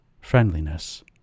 Friendliness